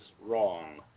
wrong